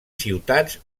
ciutats